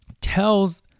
tells